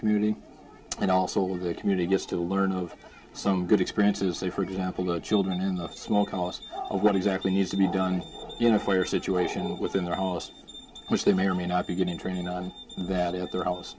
community and also with a community just to learn of some good experiences they for example the children in the small cost of what exactly needs to be done you know where situations within their os which they may or may not be getting training on that at their house